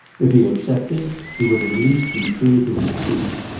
if he accepted, he would at least be true to his chief.